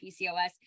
PCOS